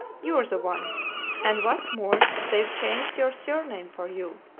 you're the one and what's more, they've changed your surname for you.